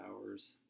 hours